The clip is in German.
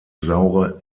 saure